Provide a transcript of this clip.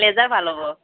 laser ভাল হ'ব